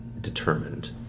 determined